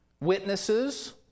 Witnesses